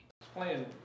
Playing